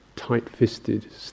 Tight-fisted